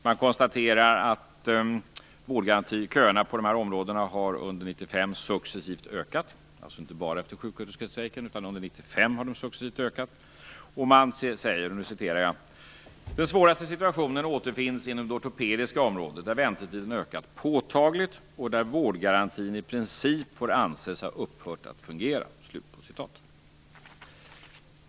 Det konstateras att köerna på dessa områden under 1995 successivt har ökat. Det har alltså inte bara skett efter sjuksköterskestrejken, utan under hela 1995. Man säger: "Den svåraste situationen återfinns inom det ortopediska området där väntetiden har ökat påtagligt och där vårdgarantin i princip får anses ha upphört att fungera".